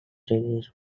released